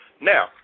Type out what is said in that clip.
Now